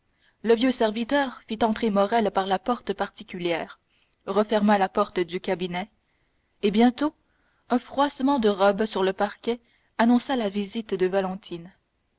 le vieux serviteur fit entrer morrel par la porte particulière ferma la porte du cabinet et bientôt un froissement de robe sur le parquet annonça la visite de valentine